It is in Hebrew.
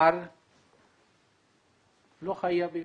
מחר לא חייבים.